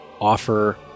offer